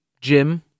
Jim